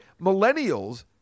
millennials